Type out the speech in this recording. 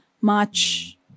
March